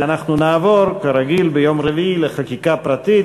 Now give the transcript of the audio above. אנחנו נעבור, כרגיל ביום רביעי, לחקיקה פרטית.